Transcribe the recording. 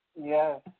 Yes